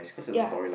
ya